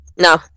no